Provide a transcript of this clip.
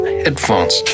headphones